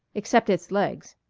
except its legs,